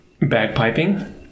bagpiping